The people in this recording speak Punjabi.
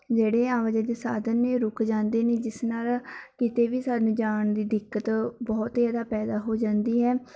ਜਿਹੜੇ ਆਵਾਜਾਈ ਦੇ ਸਾਧਨ ਨੇ ਰੁੱਕ ਜਾਂਦੇ ਨੇ ਜਿਸ ਨਾਲ ਕਿਤੇ ਵੀ ਸਾਨੂੰ ਜਾਣ ਦੀ ਦਿੱਕਤ ਬਹੁਤ ਜ਼ਿਆਦਾ ਪੈਦਾ ਹੋ ਜਾਂਦੀ ਹੈ